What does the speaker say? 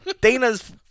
Dana's